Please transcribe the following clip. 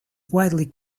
widely